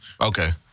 Okay